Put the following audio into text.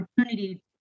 opportunity